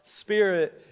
spirit